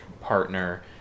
partner